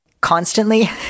Constantly